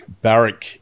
barrack